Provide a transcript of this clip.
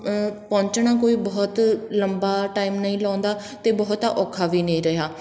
ਪਹੁੰਚਣਾ ਕੋਈ ਬਹੁਤ ਲੰਬਾ ਟਾਈਮ ਨਹੀਂ ਲਾਉਂਦਾ ਅਤੇ ਬਹੁਤਾ ਔਖਾ ਵੀ ਨਹੀਂ ਰਿਹਾ